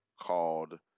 called